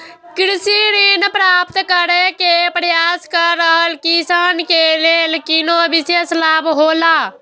कृषि ऋण प्राप्त करे के प्रयास कर रहल किसान के लेल कुनु विशेष लाभ हौला?